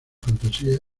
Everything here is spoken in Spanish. fantasía